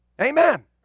Amen